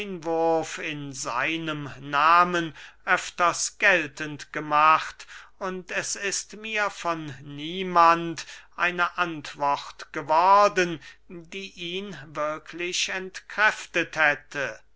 in seinem nahmen öfters geltend gemacht und es ist mir von niemand eine antwort geworden die ihn wirklich entkräftet hätte